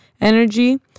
energy